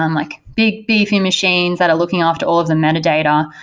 um like big beefy machines that are looking after all of the metadata,